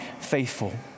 faithful